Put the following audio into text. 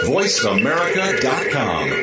VoiceAmerica.com